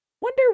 wonder